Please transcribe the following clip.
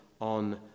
on